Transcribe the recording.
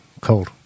cold